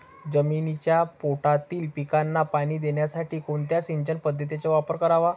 जमिनीच्या पोटातील पिकांना पाणी देण्यासाठी कोणत्या सिंचन पद्धतीचा वापर करावा?